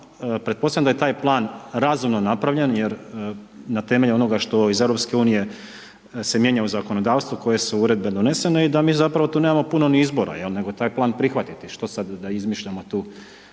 planom, pretpostavljam da je taj plan razumno napravljen jer na temelju onoga što iz EU se mijenja u zakonodavstvu, koje su uredbe donesene i da mi zapravo tu nemamo puno ni izbora nego taj plan prihvatiti. Što sad da izmišljamo tu,